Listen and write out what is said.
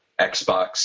Xbox